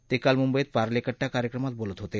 ते काल मुंबईत पार्ले कट्टा कार्यक्रमात बोलत होते